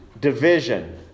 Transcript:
division